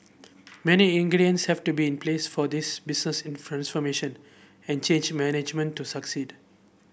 many ingredients have to be in place for this business and change management to succeed